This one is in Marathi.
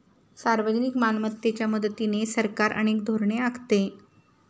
सार्वजनिक मालमत्तेच्या मदतीने सरकार अनेक धोरणे आखते